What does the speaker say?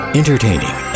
entertaining